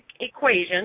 equation